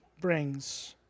brings